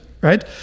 right